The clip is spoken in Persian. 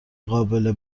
قابل